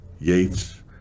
Yates